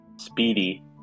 Speedy